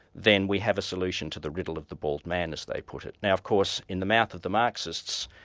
then we have a solution to the riddle of the bald man, as they put it. now of course in the mouth of the marxists,